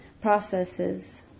processes